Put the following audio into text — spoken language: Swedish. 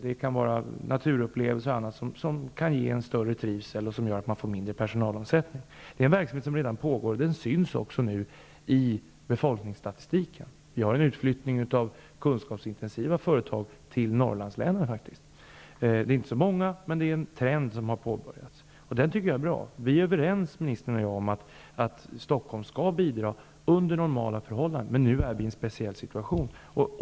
Det kan vara naturupplevelser och sådant som kan ge större trivsel och som gör att personalomsättningen minskar. Det är en verksamhet som redan pågår, och den syns också i befolkningsstatistiken. Det sker en utflyttning av kunskapsintensiva företag till Norrlandslänen. Det gäller inte så många, men det är en trend som har påbörjats och som är bra. Ministern och jag är överens om att Stockholm skall bidra under normala förhållanden, men nu är det en speciell situation.